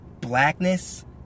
blackness